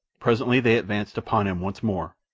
presently they advanced upon him once more,